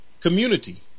community